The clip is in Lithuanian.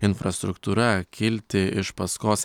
infrastruktūra kilti iš paskos